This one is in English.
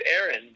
Aaron